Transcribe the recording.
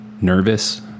nervous